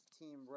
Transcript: team